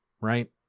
right